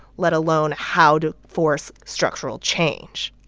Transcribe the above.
let alone how to force structural change.